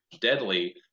deadly